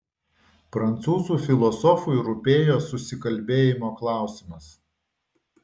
prancūzų filosofui rūpėjo susikalbėjimo klausimas